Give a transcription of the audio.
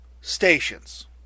stations